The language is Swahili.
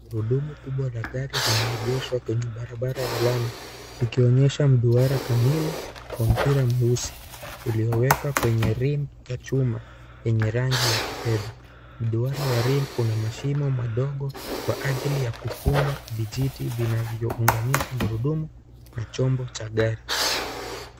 Gurudumu kubwa la gari limeegeshwa kwenye barabara ya lami , likionyesha mduara kamili wa mpira mweusi, uliyowekwa kwenye rim ya chuma yenye rangi ya kifedha. Mduara wa rim una mashimo madogo kwa ajili ya kufunga vijiti vinavyounganisha gurudumu na chombo cha gari.